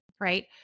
Right